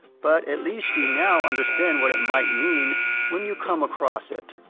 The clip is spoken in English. but, at least you now understand what it might mean when you come across it.